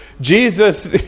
Jesus